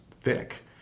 thick